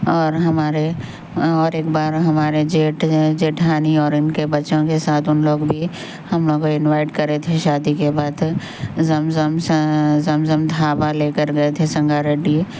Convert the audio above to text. اور ہمارے اور ایک بار ہمارے جیٹھ جیٹھانی اور ان کے بچوں کے ساتھ ہم لوگ بھی ہم لوگ کو انوائٹ کرے تھے شادی کے بعد زمزم زمزم ڈھابہ لے کر گئے تھے سنگا ریڈی